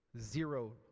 Zero